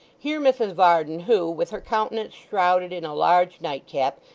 here mrs varden, who, with her countenance shrouded in a large nightcap,